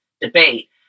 debate